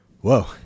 whoa